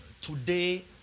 Today